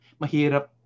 Mahirap